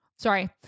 Sorry